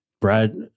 Brad